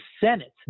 Senate